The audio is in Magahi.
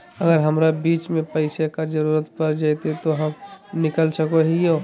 अगर हमरा बीच में पैसे का जरूरत पड़ जयते तो हम निकल सको हीये